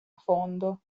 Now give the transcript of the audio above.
fondo